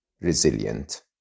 Resilient